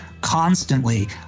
constantly